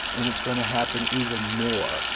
and it's going to happen even more.